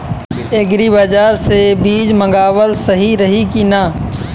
Agri बाज़ार से बीज मंगावल सही रही की ना?